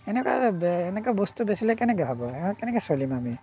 এনেকুৱা বে এনেকুৱা বস্তু বেছিলে কেনেকৈ হ'ব কেনেকৈ চলিম আমি